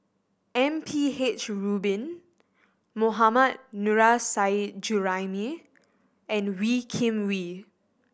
M P H Rubin Mohammad Nurrasyid Juraimi and Wee Kim Wee